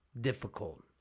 difficult